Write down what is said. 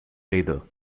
leather